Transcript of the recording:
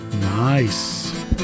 Nice